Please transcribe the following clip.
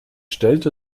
stellte